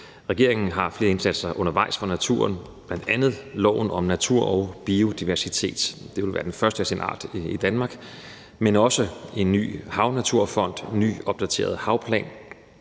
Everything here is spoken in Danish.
Regeringen har flere indsatser undervejs for naturen, bl.a. loven om natur og biodiversitet. Det vil være den første af sin art i Danmark. Men der er også en ny havnaturfond og en ny opdateret havplan,